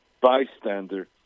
bystander